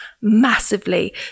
massively